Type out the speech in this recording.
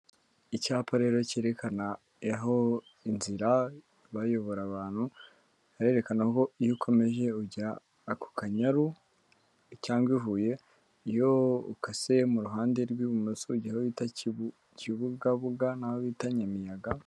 Icyapa rero cyerekana aho inzira bayobora abantu, barerekana aho iyo ukomeje ujya ku Kanyaru cyangwa i Huye, iyo ukase mu ruhande rw'ibumoso ujya aho bita Kibugabuga n'aho bita Nyamiyaga.